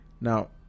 now